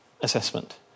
assessment